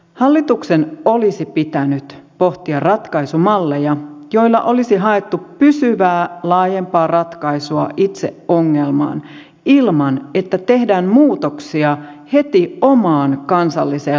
hallituksen olisi pitänyt pohtia ratkaisumalleja joilla olisi haettu pysyvää laajempaa ratkaisua itse ongelmaan ilman että tehdään muutoksia heti omaan kansalliseen lainsäädäntöön